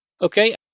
Okay